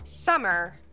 Summer